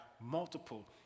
multiple